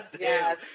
Yes